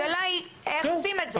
השאלה היא איך עושים את זה?